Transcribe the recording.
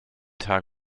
tag